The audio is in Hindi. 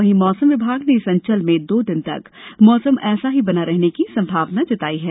वहीं मौसम विभाग ने इस अंचल में दो दिन तक मौसम ऐसा ही बने रहने की संभावना जताई है